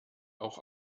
auch